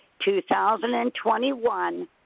2021